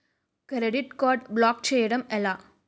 Credit card block చేయడం ఎలా?